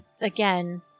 Again